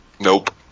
Nope